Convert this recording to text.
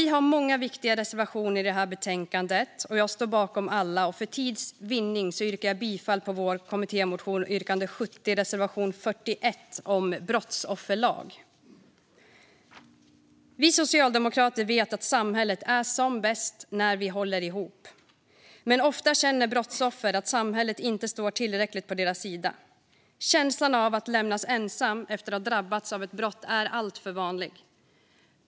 Vi har många viktiga reservationer i detta betänkande. Jag står bakom alla, men för tids vinnande yrkar jag bifall endast till reservation 41 från yrkande 70 i vår kommittémotion om en brottsofferlag. Vi socialdemokrater vet att samhället är som bäst när vi håller ihop. Men ofta känner brottsoffer att samhället inte står på deras sida i tillräcklig grad. Känslan av att lämnas ensam efter att ha drabbats av ett brott är alltför vanlig.